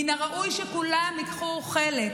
מן הראוי שכולם ייקחו חלק: